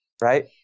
right